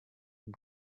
from